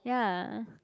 ya